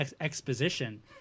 exposition